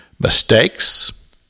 mistakes